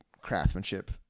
craftsmanship